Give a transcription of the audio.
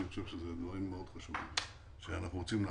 אני חושב שאלה דברים מאוד חשובים שאנחנו רוצים להשלים.